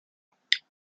ocho